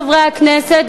חברי הכנסת,